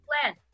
plan